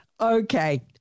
Okay